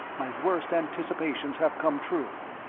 my worst anticipations have come true.